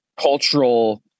cultural